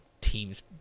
teams –